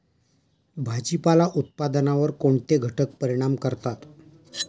भाजीपाला उत्पादनावर कोणते घटक परिणाम करतात?